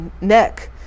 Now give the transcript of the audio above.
neck